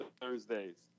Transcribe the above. Thursdays